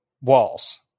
walls